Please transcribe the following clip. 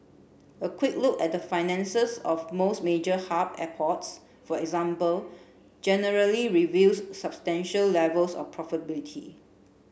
a quick look at the finances of most major hub airports for example generally reveals substantial levels of profitability